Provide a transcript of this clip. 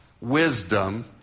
wisdom